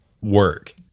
work